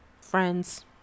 Friends